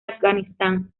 afganistán